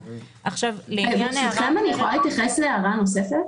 אני יכולה להתייחס להערה נוספת?